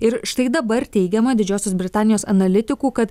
ir štai dabar teigiama didžiosios britanijos analitikų kad